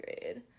grade